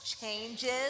changes